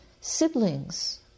siblings